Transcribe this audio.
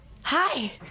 Hi